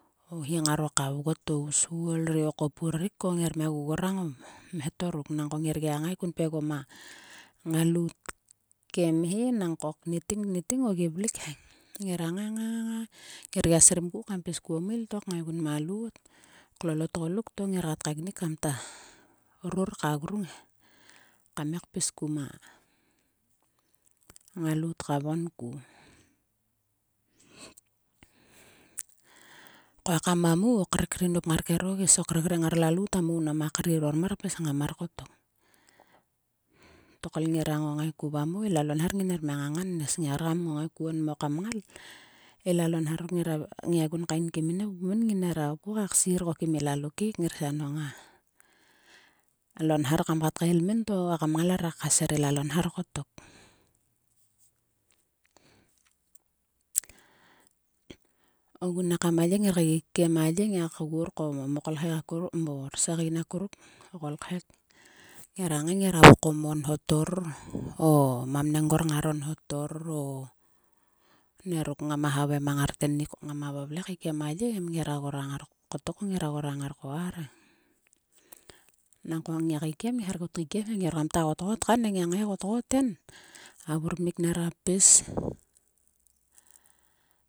O hi ngaro kavgot. o usuol rib o kopurik o. Ngir mia gogorang o mhetor ruk. Nangko ngirgia ngai kun pgegom a ngalout ke mhe nang ko kniting. kniting o gi vlik he. Ngira ngai ngai. Ngir gai srimku kam pis kuo meil to kngai gun ma loot klol o tguluk to ngir kat kaeknik kamta ruk ka grung he. Kam ngai kpis ma ngalout ka vgon ku. Ko ekam a mou o krek ri nop ngar kero gis. O krek ri ngar lalout a mou nama krir oromar pis ngam mar kottok. Tokol ngirak ngongai ku va mou alalo nhar nginer mia nganganes. Ngai orkam ngongai kuon mo kam ngal. Ila lo nhar ruk ngai gun kaemik min he kvikpum min. Nginera hopku ka kris ko kim ilalo kek ngirsia nhong alo nhar kam kat kael min to a kamingal nera kakaser ilalo nhar kottok. ogun ekam a ye. ngir keikikiem a ye. ngiak gor ko mo kolkhek. morsegein akuruk. o kolkhek ngira ngai ngira vokom o nhotor. o mamnengor ngaro nhotor o meruk ngama havai mang ngar tennik ngama vavle keikiem a ye em ngira gorgngar. kottok ngira gorang ngar ko arhe. Nangko ngiak kiekiem ngiak her kut keikiem he ngia orkam kta gotgot kan e. Ngia ngai gotgot en. A vur mik nera pis.